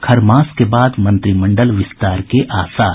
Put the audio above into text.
खरमास के बाद मंत्रिमंडल विस्तार के आसार